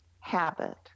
habit